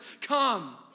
come